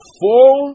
four